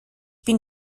bin